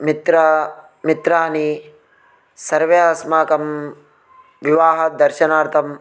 मित्र मित्रानि सर्वे अस्माकं विवाहदर्शनार्थं